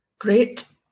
Great